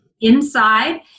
Inside